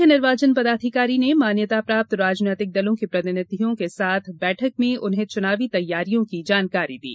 मुख्य निर्वाचन पदाधिकारी ने मान्यता प्राप्त राजनीतिक दलों के प्रतिनिधियों के साथ बैठक में उन्हें चुनावी तैयारियों की जानकारी दी